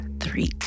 Three